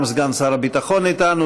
גם סגן שר הביטחון איתנו,